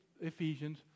Ephesians